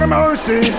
mercy